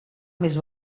més